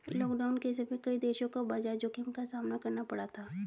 lockdown के समय कई देशों को बाजार जोखिम का सामना करना पड़ा था